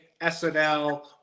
SNL